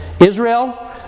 Israel